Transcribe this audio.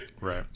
Right